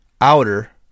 outer